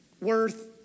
worth